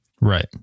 Right